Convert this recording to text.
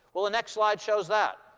well, the next slide shows that,